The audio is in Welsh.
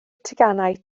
teganau